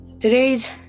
Today's